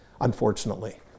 unfortunately